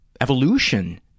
evolution